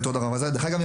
דרך אגב,